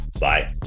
bye